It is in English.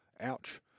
ouch